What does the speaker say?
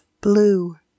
Blue